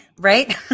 right